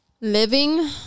living